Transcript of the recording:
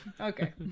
Okay